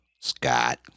Scott